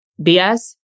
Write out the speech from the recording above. BS